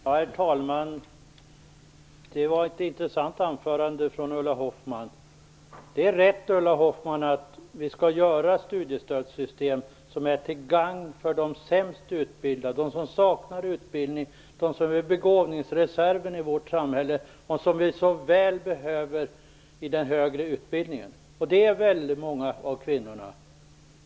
Herr talman! Det var ett intressant anförande från Ulla Hoffmann. Det är rätt att vi skall göra ett studiestödssystem som är till gagn för de sämst utbildade, dem som saknar utbildning och dem som utgör begåvningsreserven i vårt samhälle och som vi såväl behöver i den högre utbildningen. Det gäller väldigt många av kvinnorna.